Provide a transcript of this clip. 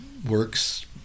Works